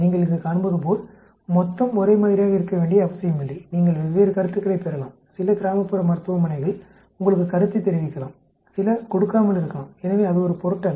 நீங்கள் இங்கு காண்பதுபோல் மொத்தம் ஒரே மாதிரியாக இருக்க வேண்டிய அவசியம் இல்லை நீங்கள் வெவ்வேறு கருத்துக்களைப் பெறலாம் சில கிராமப்புற மருத்துவமனைகள் உங்களுக்கு கருத்தைத் தெரிவிக்கலாம் சில கொடுக்காமல் இருக்கலாம் எனவே அது ஒரு பொருட்டல்ல